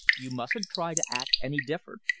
you mustn't try to act any different.